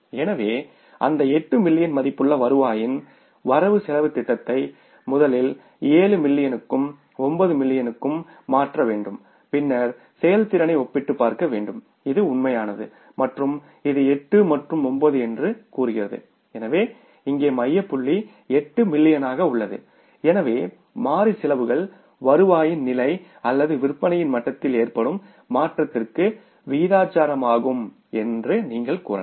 எனவே அந்த 8 மில்லியன் மதிப்புள்ள வருவாயின் வரவுசெலவுத் திட்டத்தை முதலில் 7 மில்லியனுக்கும் 9 மில்லியனுக்கும் மாற்ற வேண்டும் பின்னர் செயல்திறனை ஒப்பிட்டுப் பார்க்க வேண்டும் இது உண்மையானது மற்றும் இது 8 மற்றும் 9 என்று கூறுகிறது எனவே இங்கே மைய புள்ளி 8 மில்லியனாக உள்ளது எனவே மாறி செலவுகள் வருவாயின் நிலை அல்லது விற்பனையின் மட்டத்தில் ஏற்படும் மாற்றத்திற்கு விகிதாசாரமாகும் என்று நீங்கள் கூறலாம்